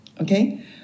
Okay